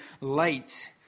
light